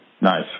Nice